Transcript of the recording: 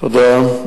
תודה.